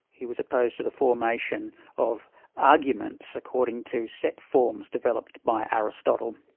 he was opposed to the formation of arguments according to set forms developed by aristotle.